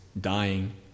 dying